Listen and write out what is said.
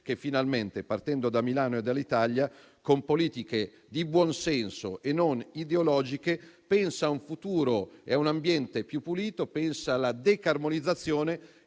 questo G7, partendo da Milano e dall'Italia, con politiche di buon senso e non ideologiche, pensa a un futuro e a un ambiente più puliti e alla decarbonizzazione.